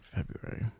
February